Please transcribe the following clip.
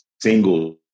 single